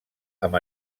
amb